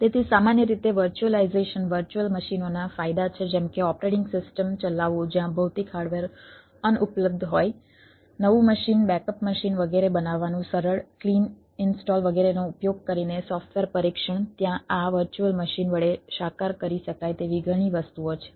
તેથી સામાન્ય રીતે વર્ચ્યુઅલાઇઝેશન વર્ચ્યુઅલ મશીનોના ફાયદા છે જેમ કે ઓપરેટિંગ સિસ્ટમ ઇન્સ્ટોલ વગેરેનો ઉપયોગ કરીને સોફ્ટવેર પરીક્ષણ ત્યાં આ વર્ચ્યુઅલ મશીન વડે સાકાર કરી શકાય તેવી ઘણી વસ્તુઓ છે